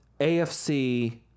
AFC